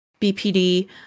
BPD